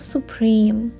Supreme